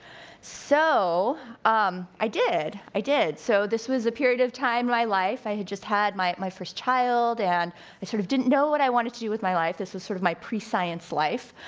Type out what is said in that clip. so um i did, i did. so this was a period of time in my life. i had just had my my first child, and i sort of didn't know what i wanted to do with my life. this was sort of my pre-science life.